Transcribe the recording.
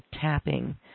tapping